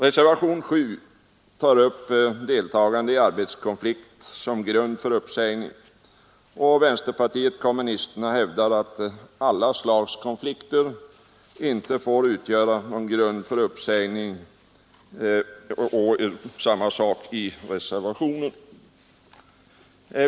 Reservationen 7 tar upp frågan om deltagande i arbetskonflikt som grund för uppsägning. Vänsterpartiet kommunisterna vill att riksdagen bör slå fast att deltagande i arbetskonflikt aldrig får utgöra grund för uppsägning.